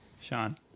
Sean